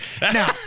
Now